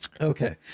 Okay